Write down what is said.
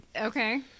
Okay